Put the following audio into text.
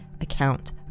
account